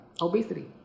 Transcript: obesity